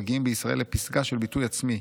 מגיעים בישראל לפסגה של ביטוי עצמי,